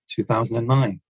2009